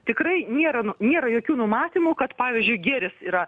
tikrai nėra nu nėra jokių numatymų kad pavyzdžiui gėris yra